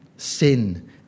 Sin